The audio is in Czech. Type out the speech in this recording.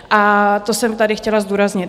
A to jsem tady chtěla zdůraznit.